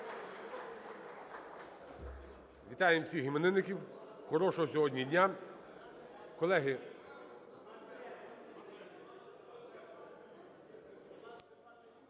Вітаємо всіх іменинників. Хорошого сьогодні дня.